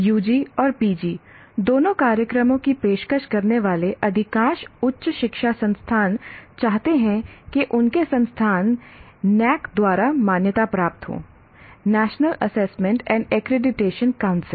UG और PG दोनों कार्यक्रमों की पेशकश करने वाले अधिकांश उच्च शिक्षा संस्थान चाहते हैं कि उनके संस्थान NAAC द्वारा मान्यता प्राप्त हों national assessment and accreditation council